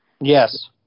Yes